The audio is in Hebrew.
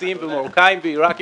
ומרוקאים ועירקים,